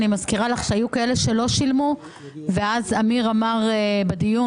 אני מזכירה לך שהיו כאלה שלא שילמו ואז אמיר אמר בדיון,